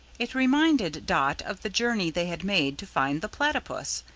it reminded dot of the journey they had made to find the platypus,